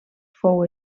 fou